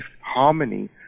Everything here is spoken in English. harmony